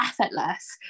effortless